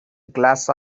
glass